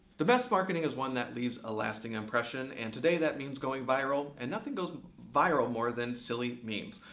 the best marketing is one that leaves a lasting impression. and today, that means going viral, and nothing goes viral more than silly memes.